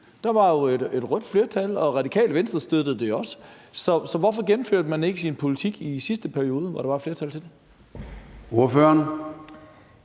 Der var jo et rødt flertal, og Radikale Venstre støttede det jo også. Så hvorfor gennemførte man ikke sin politik i sidste periode, hvor der var et flertal for det? Kl.